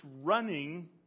running